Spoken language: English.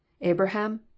abraham